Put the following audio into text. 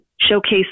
showcase